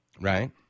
Right